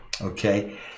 Okay